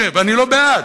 ואני לא בעד,